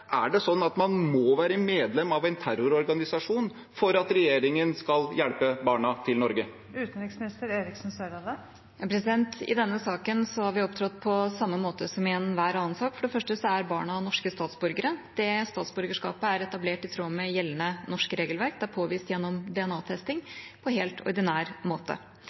Er det sånn at man må være medlem av en terrororganisasjon for at regjeringen skal hjelpe barna til Norge? I denne saken har vi opptrådt på samme måte som i enhver annen sak. For det første er barna norske statsborgere. Det statsborgerskapet er etablert i tråd med gjeldende norsk regelverk, det er påvist gjennom DNA-testing, på helt ordinær måte.